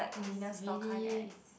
is really is